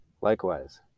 Likewise